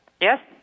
Yes